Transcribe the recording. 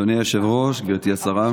אדוני היושב-ראש, גברתי השרה,